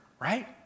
right